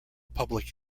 public